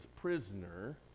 prisoner